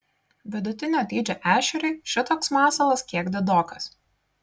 vidutinio dydžio ešeriui šitoks masalas kiek didokas